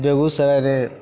बेगूसराय रे